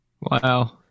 Wow